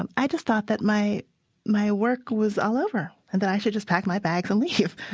um i just thought that my my work was all over and that i should just pack my bags and leave,